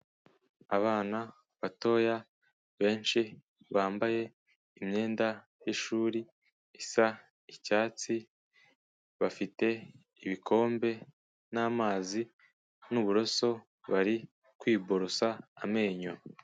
Abana batoya, benshi bambaye imyenda y'ishuri, isa icyatsi, bafite ibikombe n'amazi n'uburoso, bari kwiborosa amenyo.